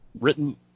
Written –